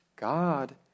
God